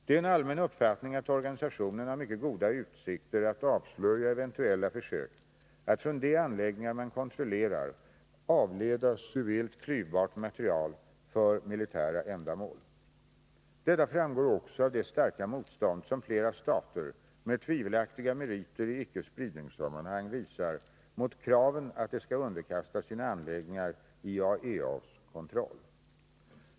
Det är en allmän uppfattning att organisationen har mycket goda utsikter att avslöja eventuella försök att från de anläggningar man kontrollerar avleda civilt klyvbart material för militära ändamål. Detta framgår också av det starka motstånd som flera stater med tvivelaktiga meriter i icke-spridningssammanhang visar mot kraven att de skall underkasta sina anläggningar IAEA:s kontroll.